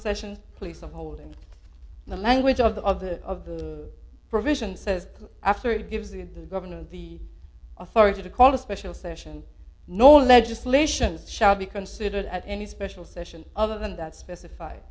sessions place of holding the language of the of the of the provision says after it gives the governor the authority to call a special session no legislation shall be considered at any special session other than that specify